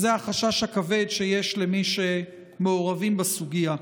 זה החשש הכבד שיש למי שמעורבים בסוגיה.